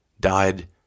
Died